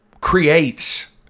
creates